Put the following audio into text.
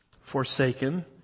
forsaken